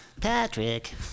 Patrick